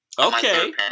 Okay